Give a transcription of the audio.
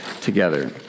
together